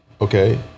okay